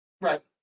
Right